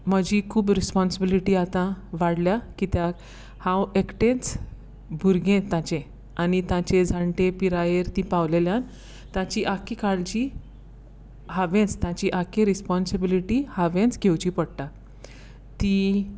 म्हजी खूब रिसपोन्सिबिलिटी आतां वाडल्या कित्याक हांव एकटेंच बुरगें ताचें आनी तांचे जाणटे पिरायेर ती पावलेल्यांत तांची काळजी हांवेंन तांची आक्की रिसपोन्सिबिलिटी हांवेंच घेवची पोडटा तीं